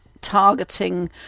targeting